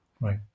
Right